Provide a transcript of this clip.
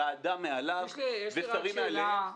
ועדה מעליו ושרים מעליהם.